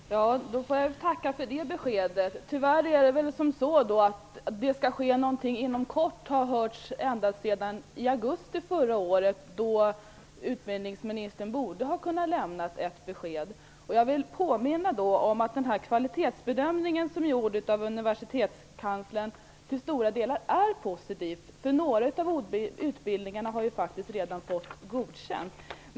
Fru talman! Då får jag tacka för det beskedet. Tyvärr har man hört att det skall ske någonting inom kort ända sedan augusti förra året, då utbildningsministern borde ha kunnat lämna ett besked. Jag vill påminna om att den kvalitetsbedömning som har gjorts av Universitetskanslern till stora delar är positiv, för några av utbildningarna har ju faktiskt redan godkänts.